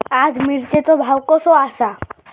आज मिरचेचो भाव कसो आसा?